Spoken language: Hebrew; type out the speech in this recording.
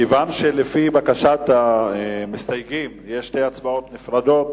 כיוון שלפי בקשת המסתייגים יש שתי הצעות נפרדות,